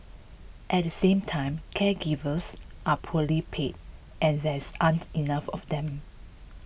at the same time caregivers are poorly paid and there aren't enough of them